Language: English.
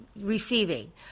receiving